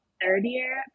third-year